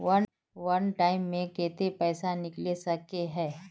वन time मैं केते पैसा निकले सके है?